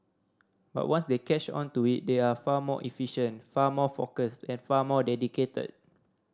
but once they catch on to it they are far more efficient far more focused and far more dedicated